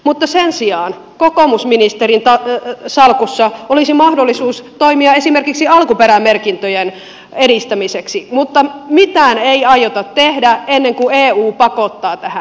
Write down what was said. mutta sen sijaan vaikka kokoomusministerin salkussa olisi mahdollisuus toimia esimerkiksi alkuperämerkintöjen edistämiseksi mitään ei aiota tehdä ennen kuin eu pakottaa tähän